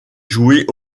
jouer